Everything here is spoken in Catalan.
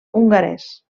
hongarès